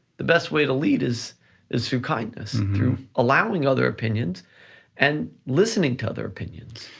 the best way to lead is is through kindness, through allowing other opinions and listening to other opinions.